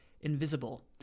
invisible